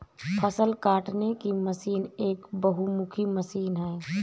फ़सल काटने की मशीन एक बहुमुखी मशीन है